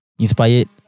inspired